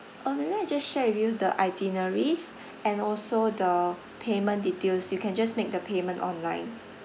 uh maybe I just share with you the itineraries and also the payment details you can just make the payment online